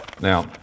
Now